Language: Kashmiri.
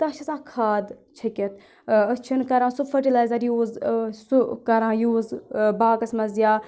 تَتھ چھَ آسان کھاد چھکِتھ أسۍ چھِنہٕ کَران سُہ فٔٹِلایزَر یوٗز سُہ کَران یوٗز باغَس منٛز یا